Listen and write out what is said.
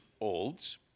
olds